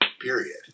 period